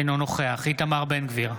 אינו נוכח איתמר בן גביר,